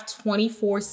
twenty-four